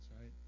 right